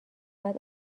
بعد